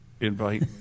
Invite